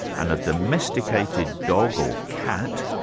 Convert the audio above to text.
and a domesticated dog or cat,